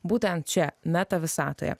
būtent čia meta visatoje